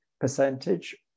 Percentage